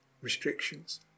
restrictions